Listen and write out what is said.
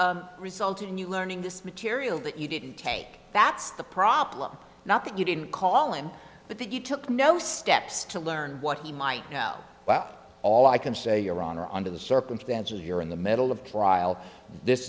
resulted in you learning this material that you didn't take that's the problem not that you didn't call him but that you took no steps to learn what he might know well all i can say your honor under the circumstances you're in the middle of trial this